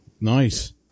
Nice